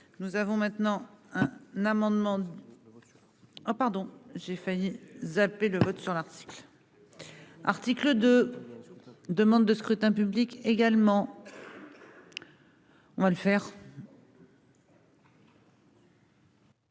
Nous avons maintenant hein n'amendement. Ah pardon j'ai failli zapper le vote sur l'article. Article de. Demande de scrutin public également. On va le faire.